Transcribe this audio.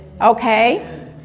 okay